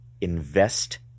invest